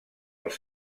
els